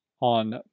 on